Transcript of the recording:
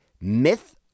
myth